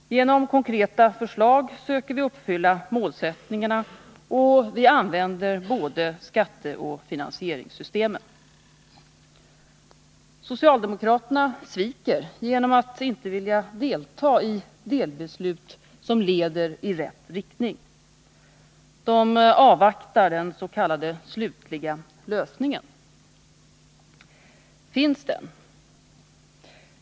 Genom konkreta förslag söker vi uppfylla målsättningarna, och vi använder både skatteoch finansieringssystemet. Socialdemokraterna sviker genom att inte vilja delta i delbeslut som leder i rätt riktning. De avvaktar den s.k. slutliga lösningen. Finns den?